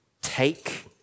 Take